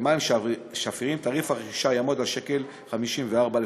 למים שפירים, תעריף הרכישה יעמוד על 1.54 שקל.